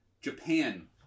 japan